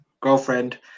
girlfriend